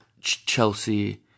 Chelsea